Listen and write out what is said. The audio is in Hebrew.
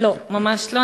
לא, ממש לא.